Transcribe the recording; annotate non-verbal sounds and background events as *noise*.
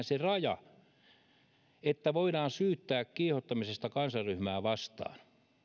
*unintelligible* se raja että voidaan syyttää kiihottamisesta kansanryhmää vastaan